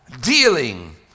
dealing